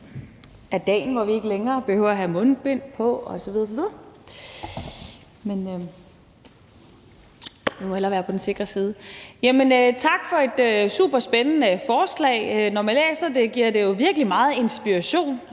er dagen, hvor vi ikke længere behøver at have mundbind på osv. osv. Men vi må hellere være på den sikre side. Tak for et super spændende forslag. Når man læser det, giver det jo virkelig meget inspiration